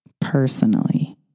personally